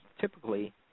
typically